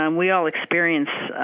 um we all experience